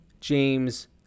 James